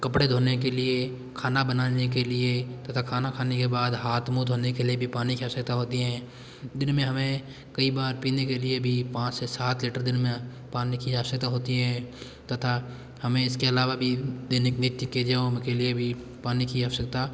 कपड़े धोने के लिए खाना बनाने के लिए तथा खाना खाने के बाद हाथ मुंह धोने के लिए भी पानी की आवश्यकता होती है दिन में हमें कई बार पीने के लिए भी पाँच से सात लीटर दिन में पानी की आवश्यकता होती है तथा हमें इसके अलावा भी दैनिक नृत्य क्रियाओं के लिए भी पानी की आवश्यकता